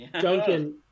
Duncan